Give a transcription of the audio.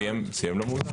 האנגלי סיים לא מאוזן,